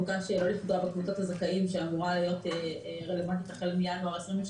בקבוצת הזכאים שאמורה להיות זכאית החל מינואר 2022